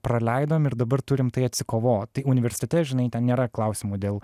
praleidom ir dabar turim tai atsikovot tai universitete žinai ten nėra klausimų dėl